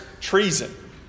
treason